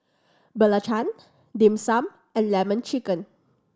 belacan Dim Sum and Lemon Chicken